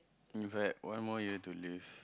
you had one more year to live